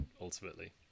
ultimately